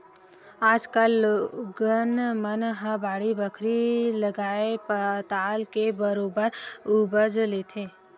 आज कल लोगन मन ह बाड़ी बखरी लगाके पताल के बरोबर उपज लेथे